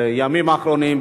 בימים האחרונים,